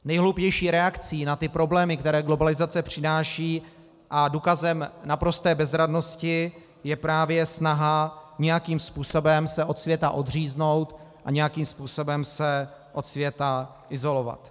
Nejhloupější reakcí na problémy, které globalizace přináší, a důkazem naprosté bezradnosti je právě snaha nějakým způsobem se od světa odříznout a nějakým způsobem se od světa izolovat.